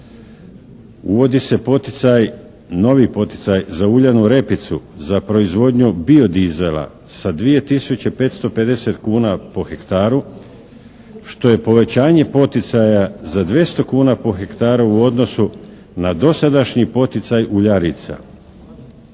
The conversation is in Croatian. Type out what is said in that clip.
novi poticaj za uljanu repicu, za proizvodnju bio-diesela sa 2 tisuće 550 kuna po hektaru što je povećanje poticaja za 200 kuna po hektaru u odnosu na dosadašnji poticaj uljarica.